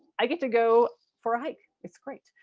i get to go for a hike. it's great.